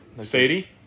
Sadie